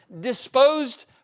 disposed